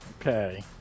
Okay